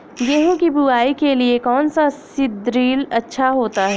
गेहूँ की बुवाई के लिए कौन सा सीद्रिल अच्छा होता है?